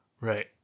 Right